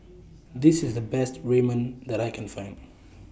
This IS The Best Ramen that I Can Find